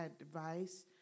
advice